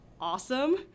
awesome